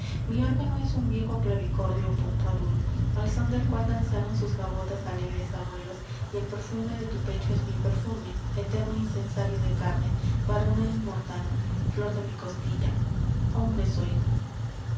mi órgano es un viejo clavicordio pompadour al son del cual danzaron sus gavotas alegres abuelos y el perfume de tu pecho es mi perfume eterno incensario de carne varona inmortal flor de mi costilla hombre soy